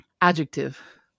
Adjective